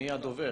מי הבכיר?